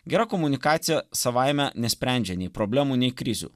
gera komunikacija savaime nesprendžia nei problemų nei krizių